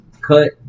cut